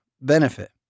benefit